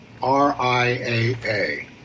RIAA